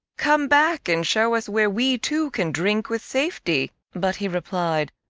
come back and show us where we too can drink with safety. but he replied,